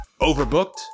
Overbooked